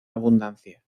abundancia